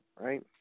right